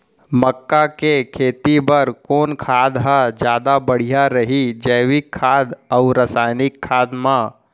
मक्का के खेती बर कोन खाद ह जादा बढ़िया रही, जैविक खाद अऊ रसायनिक खाद मा?